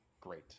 great